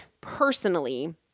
personally